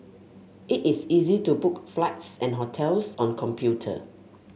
it is easy to book flights and hotels on computer